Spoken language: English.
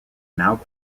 now